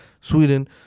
Sweden